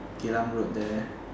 Geylang road there